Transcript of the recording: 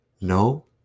No